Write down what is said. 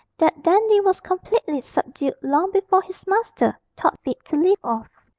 that dandy was completely subdued long before his master thought fit to leave off.